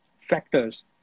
factors